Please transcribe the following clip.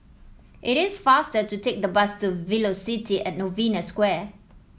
it is faster to take the bus to Velocity At Novena Square